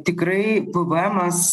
tikrai pvemas